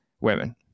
women